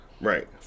right